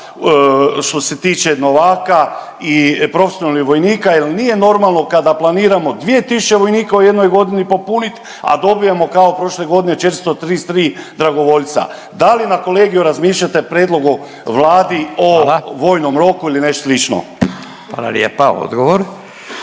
što se tiče novaka i profesionalnih vojnika jer nije normalno kada planiramo 2 tisuće vojnika u jednoj godini popunit, a dobijamo kao prošle godine 433 dragovoljca. Da li na kolegiju razmišljate o prijedlogu Vladi o …/Upadica Radin: Hvala./… vojnom roku